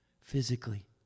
physically